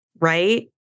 right